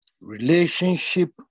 Relationship